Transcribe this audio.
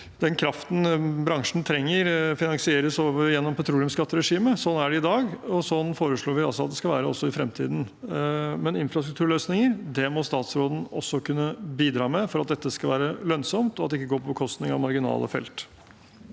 at kraften bransjen trenger, finansieres gjennom petroleumsskatteregimet. Sånn er det i dag, og sånn foreslår vi at det skal være også i fremtiden. Men infrastrukturløsninger må statsråden også kunne bidra med for at dette skal være lønnsomt, og for at det ikke går på bekostning av marginale felt.